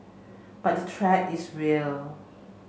but the threat is real